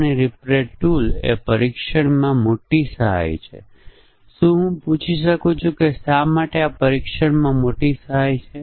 અને તે પછી કુલ રકમ કેટલી છે જે ડિસ્કાઉન્ટ લાગુ થયા પછી આધારિત છે